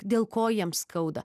dėl ko jiems skauda